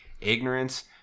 Ignorance